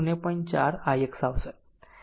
4 ix આવશે